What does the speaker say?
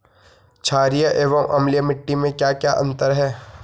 छारीय एवं अम्लीय मिट्टी में क्या क्या अंतर हैं?